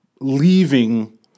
leaving